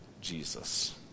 Jesus